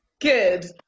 Good